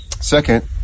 Second